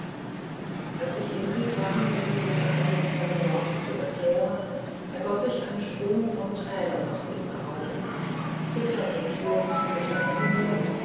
als ich in sie drang mir diese geheimnisvollen worte zu erklären ergoß sich ein strom von tränen aus ihren augen und zitternd und schluchzend gestand sie mir